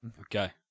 Okay